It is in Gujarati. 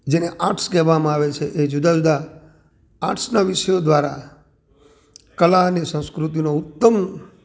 જેને આર્ટ્સ કહેવામાં આવે છે એ જુદા જુદા આર્ટ્સનાં વિષયો દ્વારા કલા અને સંસ્કૃતિનો ઉત્તમ